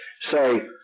say